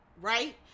Right